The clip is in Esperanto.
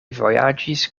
vojaĝis